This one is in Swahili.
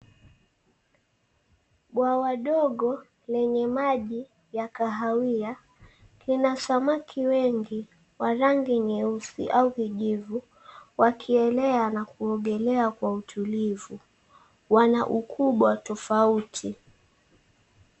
Bwawa dogo lenye maji ya kahawia lina samaki wengi wa rangi nyeusi au kijivu wakielea au kuogelea kwa utulivu. Wana ukubwa tofauti.